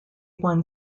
won